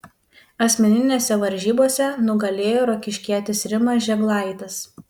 asmeninėse varžybose nugalėjo rokiškietis rimas žėglaitis